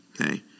Okay